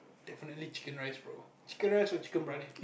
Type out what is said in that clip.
definitely chicken rice bro chicken rice or Chicken Briyani